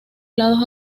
lados